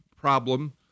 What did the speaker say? problem